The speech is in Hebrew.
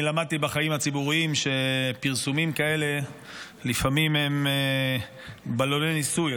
אני למדתי בחיים הציבוריים שפרסומים כאלה לפעמים הם בלוני ניסוי.